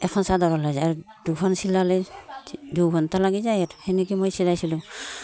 এখন চাদৰ ওলাই যায় আৰু দুখন চিলালে দুঘণ্টা লাগি যায় আৰু সেনেকৈ মই চিলাইছিলোঁ